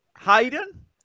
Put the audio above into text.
Hayden